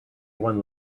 one